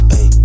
Hey